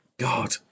God